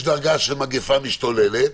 יש דרגה של מגיפה משתוללת,